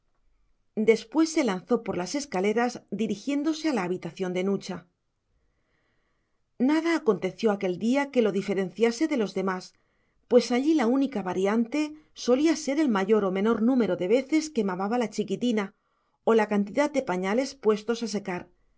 después se lanzó por las escaleras dirigiéndose a la habitación de nucha nada aconteció aquel día que lo diferenciase de los demás pues allí la única variante solía ser el mayor o menor número de veces que mamaba la chiquitina o la cantidad de pañales puestos a secar